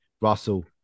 Russell